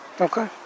Okay